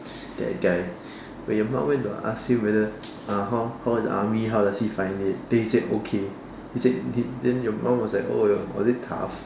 that guy when your mom went to ask him whether uh how how is the army how does he find it then he said okay he said then then your mom was like oh was it tough